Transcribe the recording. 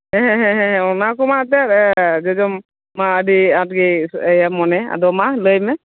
ᱦᱮᱸ ᱦᱮᱸ ᱦᱮᱸ ᱚᱱᱟ ᱠᱚᱢᱟ ᱮᱱᱛᱮᱫ ᱡᱚᱡᱚᱢ ᱢᱟ ᱟᱹᱰᱤ ᱟᱸᱴ ᱜᱮ ᱢᱚᱱᱮ ᱟᱫᱚ ᱢᱟ ᱞᱟᱹᱭ ᱢᱮ